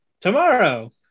tomorrow